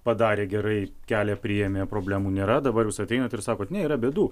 padarė gerai kelią priėmė problemų nėra dabar jūs ateinat ir sakot ne yra bėdų